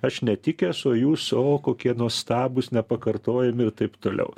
aš netikęs o jūs o kokie nuostabūs nepakartojami ir taip toliau